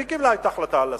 היא קיבלה את ההחלטה על הסגר.